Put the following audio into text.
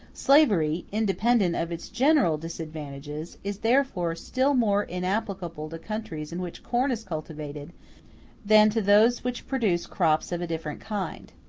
slavery, independently of its general disadvantages, is therefore still more inapplicable to countries in which corn is cultivated than to those which produce crops of a different kind.